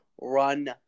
Run